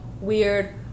weird